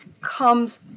comes